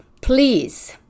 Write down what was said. Please